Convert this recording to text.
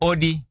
Odi